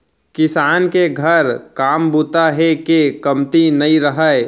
किसान के घर काम बूता हे के कमती नइ रहय